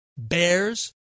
Bears